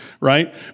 right